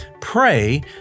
pray